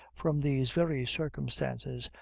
from these very circumstances,